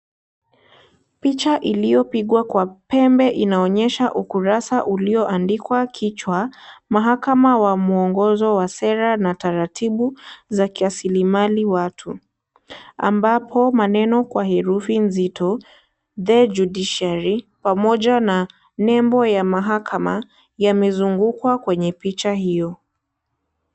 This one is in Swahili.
Picha iliyopigwa kwa pembe inaonyesha ukurasa ulioandikwa kichwa, "mahakama ya mwongozo wa sera na taratibu za kiasilimali watu", ambapo maneno kwa herufi nzito, The Judiciary , pamoja na nembo ya mahakama yamezungukwa kwenye picha hiyo